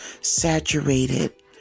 saturated